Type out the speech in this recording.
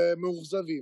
נמוכים,